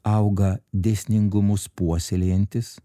auga dėsningumus puoselėjantis